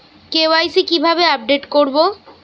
KYC কিভাবে update করব?